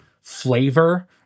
flavor